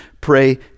pray